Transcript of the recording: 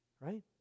Right